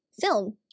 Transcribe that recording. film